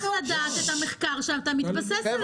אני אשמח לדעת את המחקר שאתה מתבסס עליו.